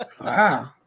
Wow